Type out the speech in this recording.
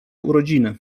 urodziny